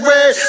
Red